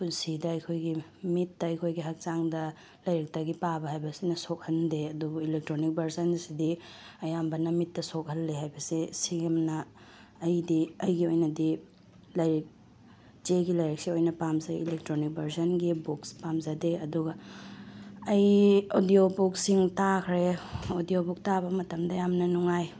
ꯄꯨꯟꯁꯤꯗ ꯑꯩꯈꯣꯏꯒꯤ ꯃꯤꯠꯇ ꯑꯩꯈꯣꯏꯒꯤ ꯍꯛꯆꯥꯡꯗ ꯂꯥꯏꯔꯤꯛꯇꯒꯤ ꯄꯥꯕ ꯍꯥꯏꯕꯁꯤꯅ ꯁꯣꯛꯍꯟꯗꯦ ꯑꯗꯨꯕꯨ ꯑꯦꯂꯦꯛꯇ꯭ꯔꯣꯅꯤꯀ ꯚꯥꯔꯖꯟ ꯑꯁꯤꯗꯤ ꯑꯌꯥꯝꯕꯅ ꯃꯤꯠꯇ ꯁꯣꯛꯍꯟꯂꯦ ꯍꯥꯏꯕꯁꯤ ꯁꯤ ꯑꯃꯅ ꯑꯩꯗꯤ ꯑꯩꯒꯤ ꯑꯣꯏꯅꯗꯤ ꯂꯥꯏꯔꯤꯛ ꯆꯦꯒꯤ ꯂꯥꯏꯔꯤꯛꯁꯦ ꯑꯣꯏꯅ ꯄꯥꯝꯖꯩ ꯑꯦꯂꯦꯛꯇ꯭ꯔꯣꯅꯤꯀ ꯚꯥꯔꯖꯟꯒꯤ ꯕꯨꯛꯁ ꯄꯥꯝꯖꯗꯦ ꯑꯗꯨꯒ ꯑꯩ ꯑꯣꯗꯤꯌꯣ ꯕꯨꯛꯁꯁꯤꯡ ꯇꯥꯈ꯭ꯔꯦ ꯑꯣꯗꯤꯌꯣ ꯕꯨꯛ ꯇꯥꯕ ꯃꯇꯝꯗ ꯌꯥꯝꯅ ꯅꯨꯡꯉꯥꯏ